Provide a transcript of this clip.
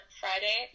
friday